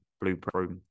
blueprint